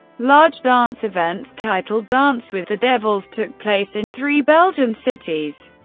large dance events titled dance with the devils took place in three belgian cities.